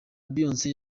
beyonce